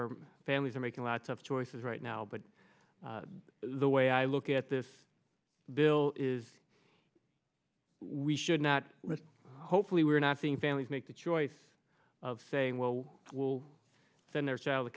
are families are making lots of choices right now but the way i look at this bill is we should not hopefully we're not seeing families make the choice of saying well we'll send their child